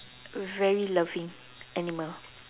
very loving animal